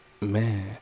man